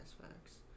Facts